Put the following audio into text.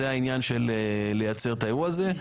זה העניין של לייצר את האירוע הזה.